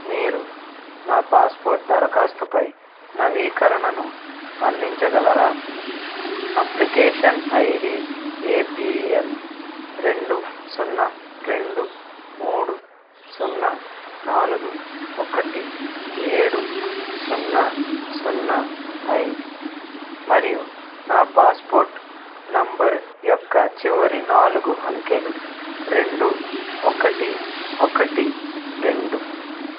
మీరు నా పాస్పోర్ట్ దరఖాస్తుపై నవీకరణను అందించగలరా అప్లికేషన్ ఐడి ఏపిఎల్ రెండు సున్నా రెండు మూడు సున్నా నాలుగు ఒకటి ఏడు సున్నా సున్నా ఐదు మరియు నా పాస్పోర్ట్ నంబర్ యొక్క చివరి నాలుగు అంకెలు రెండు ఒకటి ఒకటి రెండు